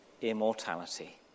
immortality